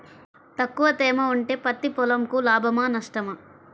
తక్కువ తేమ ఉంటే పత్తి పొలంకు లాభమా? నష్టమా?